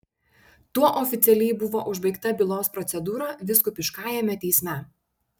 tuo oficialiai buvo užbaigta bylos procedūra vyskupiškajame teisme